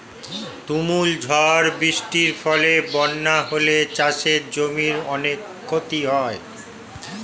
তুমুল ঝড় বৃষ্টির ফলে বন্যা হলে চাষের জমির অনেক ক্ষতি হয়